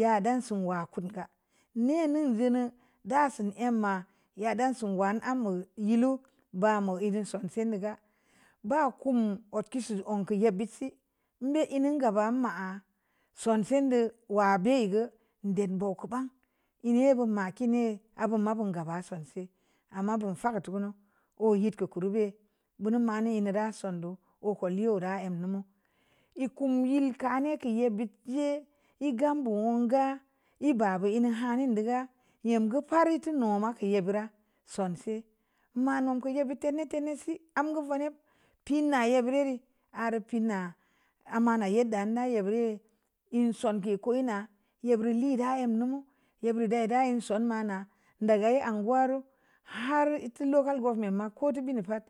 ya dan sōngə kun ga ne ŋeŋ gənu da sun ē ma yeddə sun gə ammu yellu ba mu ē dē sonse' di ga ba kumu ot kesi onku yebi si mbē ē nin ga ba ma'a sonse' dōō wa be' e gu dēn bōku ba'a ēē ni gu ma kii ne' āu bō ma'a bun gāa sonse ama bun fa ga tukunu ō yēt tku ku lu bē bunu mani ni ra son dōō ō kwal leureu āā əm numu ē kum ē ka ne' kin ye bōt ē ē gam bōo'n ga ē ba buyimi hanin duga nyem gə parite no kame'a ye bura sonse' manu ko ye biite tēne tēne si amu gə vanē pii na ye bireu rē har pinma amamyeddə na'a ye bireu ye songe' kōō ē na yē bur lē ra nyem numu ye bur dēi da son mana da ga ē anguwaru har itti leu local government kōō dē gə pa'at.